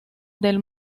del